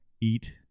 eat